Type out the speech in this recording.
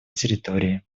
территории